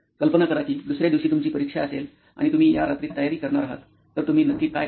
कल्पना करा की दुसर्या दिवशी तुमची परीक्षा असेल आणि तुम्ही या रात्रीत तयारी करणार आहात तर तुम्ही नक्की काय करता